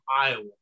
Iowa